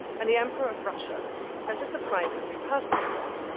and the emperor of russia sent a surprisingly personal one.